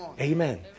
Amen